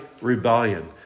rebellion